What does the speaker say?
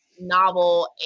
novel